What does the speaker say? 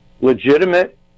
legitimate